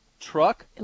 Truck